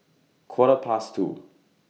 Quarter Past two